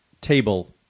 table